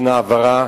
בהעברה